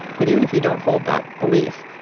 but even if you don't hold that belief,